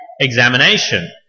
examination